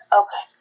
okay